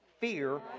fear